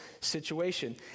situation